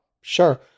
sure